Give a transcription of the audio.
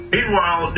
Meanwhile